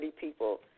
people